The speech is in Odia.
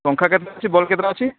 ପଂଖା କେତେଟା ଅଛି ବଲ୍ କେତେଟା ଅଛି